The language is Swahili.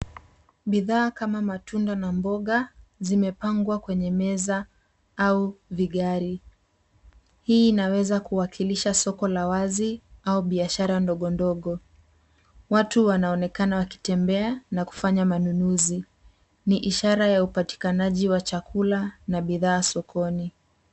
Bidhaa kama matunda na mboga zimepangwa kwenye meza au vigari, hii inaweza kuwakilisha soko lawazi au biashara ndogondogo. Watu wanaonekana wakitembea na kufanya manunuzi ni ishara ya upatikanaji wa chakula na bidhaa sokoni.